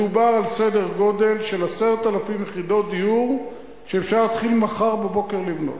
מדובר על סדר-גודל של 10,000 יחידות דיור שאפשר להתחיל מחר בבוקר לבנות.